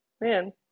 man